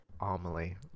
Amelie